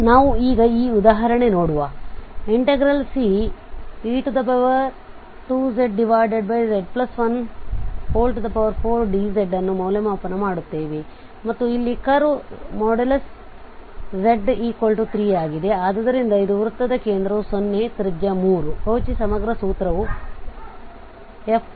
ನಾವು ಈಗ ಈ ಉದಾಹರಣೆನೋಡುವ Ce2zz14dzಅನ್ನು ಮೌಲ್ಯಮಾಪನ ಮಾಡುತ್ತೇವೆ ಮತ್ತು ಇಲ್ಲಿ ಕರ್ವ್ z3 ಆಗಿದೆ ಆದ್ದರಿಂದ ಇದು ವೃತ್ತದ ಕೇಂದ್ರ 0 ಮತ್ತು ತ್ರಿಜ್ಯ 3